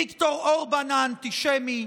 ויקטור אורבן האנטישמי,